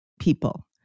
people